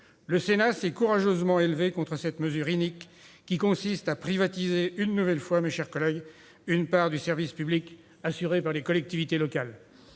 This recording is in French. le Sénat s'est courageusement élevé contre cette mesure inique qui consiste à privatiser une nouvelle fois une part du service public assuré par les collectivités locales.